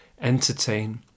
entertain